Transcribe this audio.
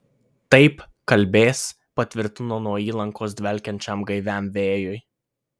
taip kalbės patvirtino nuo įlankos dvelkiančiam gaiviam vėjui